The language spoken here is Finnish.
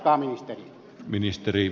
vastatkaa ministeri